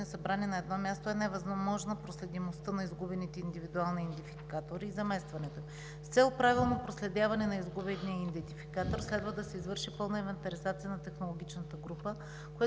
събрани на едно място, е невъзможна проследимостта на изгубените индивидуални идентификатори и заместването им. С цел правилно проследяване на изгубения идентификатор следва да се извърши пълна инвентаризация на технологичната група,